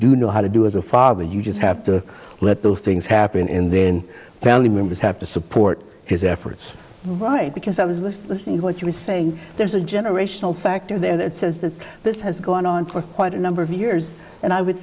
do know how to do as a father you just have to let those things happen in the family members have to support his efforts right because i was listening to what you were saying there's a generational factor there that says that this has gone on for quite a number of years and i would